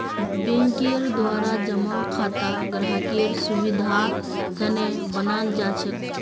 बैंकेर द्वारा जमा खाता ग्राहकेर सुविधार तने बनाल जाछेक